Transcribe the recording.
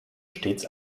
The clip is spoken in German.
stets